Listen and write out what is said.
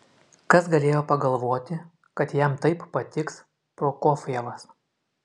kas galėjo pagalvoti kad jam taip patiks prokofjevas